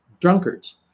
drunkards